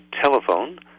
telephone